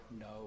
no